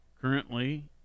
currently